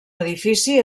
edifici